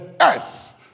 earth